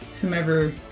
whomever